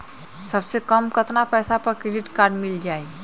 सबसे कम कतना पैसा पर क्रेडिट काड मिल जाई?